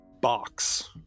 box